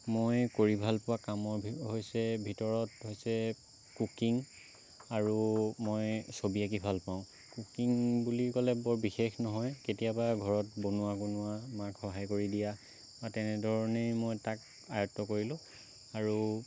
মই কৰি ভালপোৱা কামৰ হৈছে ভিতৰত হৈছে কুকিং আৰু মই ছবি আঁকি ভালপাওঁ কুকিং বুলি ক'লে বৰ বিশেষ নহয় কেতিয়াবা ঘৰত বনোৱা কোনোৱা মাক সহায় কৰি দিয়া বা তেনেধৰণেৰেই মই তাক আয়ত্ৱ কৰিলোঁ আৰু